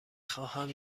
خواهم